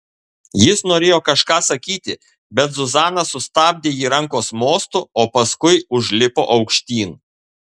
jis norėjo kažką sakyti bet zuzana sustabdė ji rankos mostu o paskui užlipo aukštyn